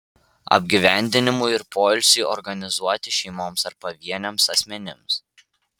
apgyvendinimui ir poilsiui organizuoti šeimoms ar pavieniams asmenims